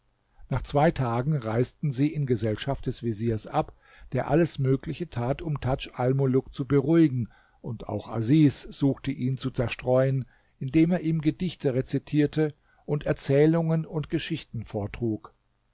nach zwei tagen reisten sie in gesellschaft des veziers ab der alles mögliche tat um tadj almuluk zu beruhigen und auch asis suchte ihn zu zerstreuen indem er ihm gedichte rezitierte und erzählungen und geschichten vortrug